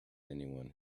anyone